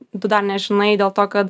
tu dar nežinai dėl to kad